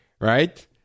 right